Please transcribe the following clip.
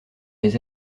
les